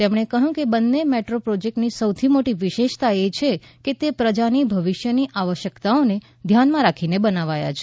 તેમણે કહ્યું કે બંને મેટ્રો પ્રોજેક્ટની સૌથી મોટી વિશેષતા એ છે કે તે પ્રજાની ભવિષ્યની આવશ્યકતાઓને ધ્યાનમાં રાખીને બનાવાયા છે